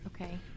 Okay